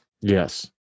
Yes